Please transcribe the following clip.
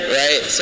right